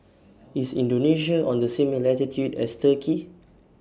IS Indonesia on The same latitude as Turkey